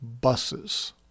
buses